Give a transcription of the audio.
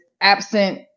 absent